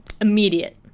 immediate